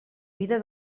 vida